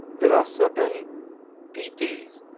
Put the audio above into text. there are certain details